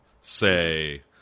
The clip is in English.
say